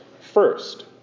First